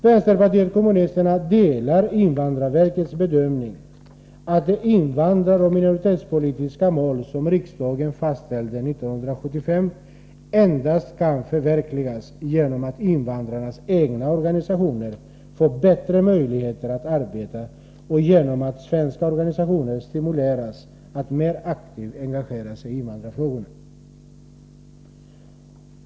Vänsterpartiet kommunisterna delar invandrarverkets bedömning att de invandraroch minoritetspolitiska mål som riksdagen fastställde år 1975 endast kan förverkligas genom att invandrarnas egna organisationer får bättre möjligheter att arbeta och genom att svenska organisationer stimuleras att mer aktivt engagera sig i invandrarfrågorna.